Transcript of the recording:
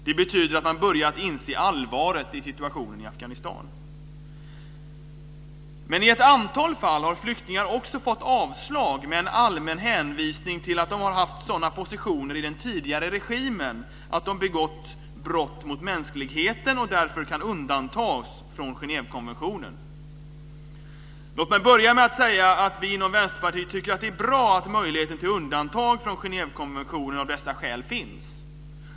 Det betyder att man börjat inse allvaret i situationen i Men i ett antal fall har flyktingar också fått avslag med en allmän hänvisning till att de har haft sådana positioner i den tidigare regimen att de har begått brott mot mänskligheten och därför kan undantas från Genèvekonventionen. Låt mig börja med att säga att vi inom Vänsterpartiet tycker att det är bra att möjligheten till undantag från Genèvekonventionen av dessa skäl finns.